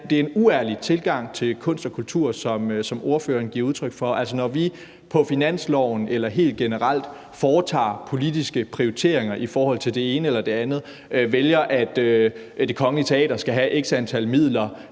det er en uærlig tilgang til kunst og kultur, som ordføreren giver udtryk for. Når vi på finansloven eller helt generelt foretager politiske prioriteringer i forhold til det ene eller det andet, når vi vælger, at Det Kongelige Teater skal have x antal midler,